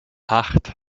acht